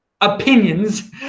opinions